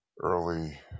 early